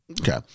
Okay